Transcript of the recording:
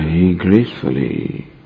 gracefully